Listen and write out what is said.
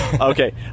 Okay